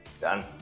Done